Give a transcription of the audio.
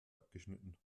abgeschnitten